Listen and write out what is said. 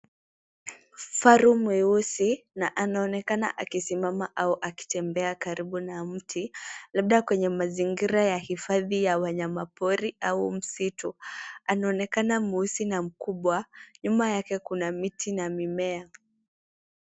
Faru mweusi, na anaonekana akisimama au kutembea karibu na mti, labda kwenye mazingira ya hifadhi ya wanyamapori au msitu. Anaonekana mweusi na mkubwa. Nyuma yake kuna miti na mimea.